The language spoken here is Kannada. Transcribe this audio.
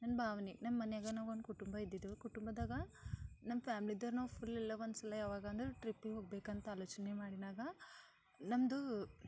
ನನ್ನ ಭಾವನೆ ನಮ್ಮನೆಗಾನ ಒಂದು ಕುಟುಂಬ ಇದ್ದಿದ್ದು ಕುಟುಂಬದಾಗ ನಮ್ಮ ಫ್ಯಾಮಿಲಿದೋರು ನಾವು ಫುಲ್ ಎಲ್ಲ ಒಂದ್ಸಲ ಯಾವಗಾನ ಟ್ರಿಪ್ಪಿಗೆ ಹೋಗಬೇಕಂತ ಆಲೋಚನೆ ಮಾಡಿನಾಗ ನಮ್ಮದು